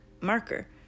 marker